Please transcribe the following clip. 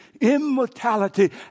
immortality